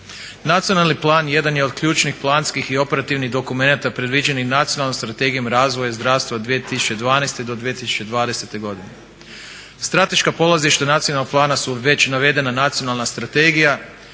Nacionalni plan jedan je od ključnih, planskih i operativnih dokumenata predviđenih Nacionalnom strategijom razvoja zdravstva 2012.-2020.godine. Strateška polazišta nacionalnog plana su već navedena nacionalna strategija,